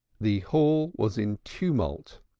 the hall was in tumult.